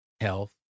health